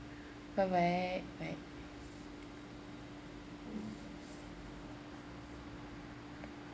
bye bye bye